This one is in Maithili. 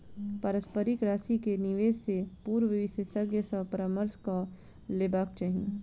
पारस्परिक राशि के निवेश से पूर्व विशेषज्ञ सॅ परामर्श कअ लेबाक चाही